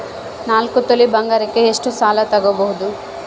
ನಾಲ್ಕು ತೊಲಿ ಬಂಗಾರಕ್ಕೆ ಎಷ್ಟು ಸಾಲ ತಗಬೋದು?